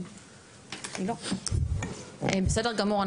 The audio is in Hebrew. בסדר גמור,